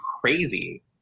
crazy